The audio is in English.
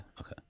okay